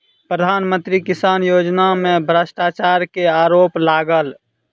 प्रधान मंत्री किसान योजना में भ्रष्टाचार के आरोप लागल